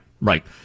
right